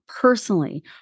personally